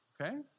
Okay